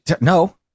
No